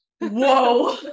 Whoa